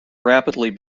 rapidly